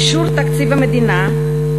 אישור תקציב המדינה,